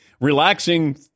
relaxing